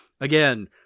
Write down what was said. again